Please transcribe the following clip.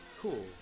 Cool